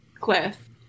cliff